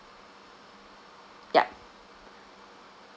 yup